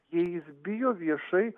jei jis bijo viešai